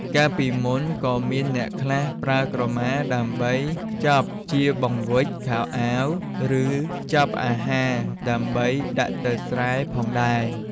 កាលពីមុនក៏មានអ្នកខ្លះ ប្រើក្រមាដើម្បីខ្ចប់ជាបង្វិចខោអាវ ឬ ខ្ចប់អាហារដើម្បីដាក់ទៅស្រែផងដែរ។